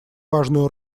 важную